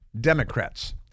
Democrats